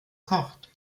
kocht